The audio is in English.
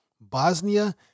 Bosnia